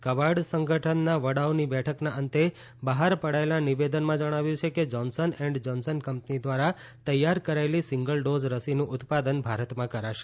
Quad સંગઠનના વડાઓની બેઠકના અંતે બહાર પડાયેલા નિવેદનમાં જણાવ્યું છે કે જોન્સન એન્ડ જોન્સન કંપની દ્વારા તૈયાર કરાયેલી સીંગલ ડોઝ રસીનું ઉત્પાદન ભારતમાં કરાશે